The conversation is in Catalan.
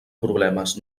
problemes